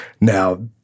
Now